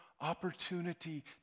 opportunity